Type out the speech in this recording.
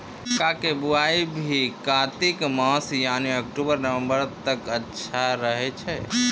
मक्का के बुआई भी कातिक मास यानी अक्टूबर नवंबर तक अच्छा रहय छै